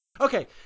Okay